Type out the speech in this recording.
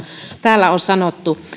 täällä on sanottu